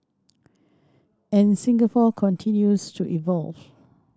and Singapore continues to evolve